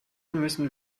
müssen